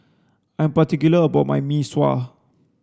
I'm particular about my mee sua